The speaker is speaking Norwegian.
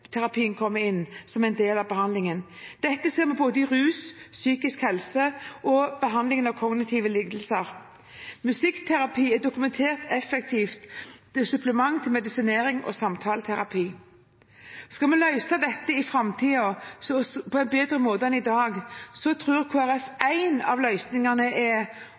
musikkterapien kommer inn som en del av behandlingen. Dette ser vi innen både rus, psykisk helse og behandling av kognitive lidelser. Musikkterapi er dokumentert et effektivt supplement til medisinering og samtaleterapi. Skal vi i framtiden løse dette på en bedre måte enn i dag, tror Kristelig Folkeparti at en av løsningene er